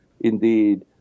indeed